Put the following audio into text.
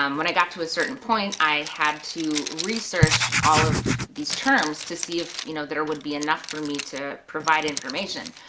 um when i got to a certain point, i had to research all of these terms to see if you know there would be enough for me to provide information.